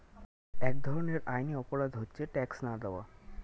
এক ধরনের আইনি অপরাধ হচ্ছে ট্যাক্স না দেওয়া